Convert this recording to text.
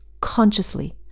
consciously